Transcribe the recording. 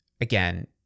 again